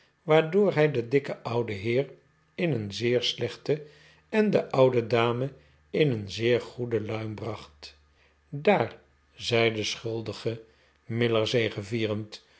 waardoor hij den dikken ouden heer in een zeer slechte s en de oude dame in een zeer goede luim bracht daar zei de schuldige miller